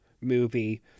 movie